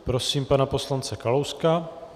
Prosím pana poslance Kalouska.